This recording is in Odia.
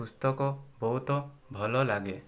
ପୁସ୍ତକ ବହୁତ ଭଲ ଲାଗେ